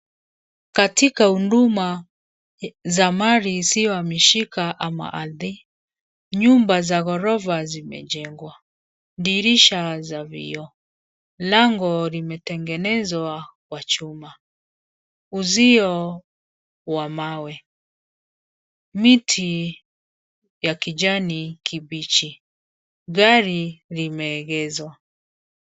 Katika huduma za mali isiyohamishika ama ardhi. Nyumba za ghorofa zimejengwa. Dirisha za vioo. Lango limetengenezwa kwa chuma. Uzio wa mawe. Miti ya kijani kibichi. Gari limeegeshwa.